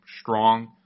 strong